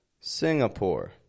Singapore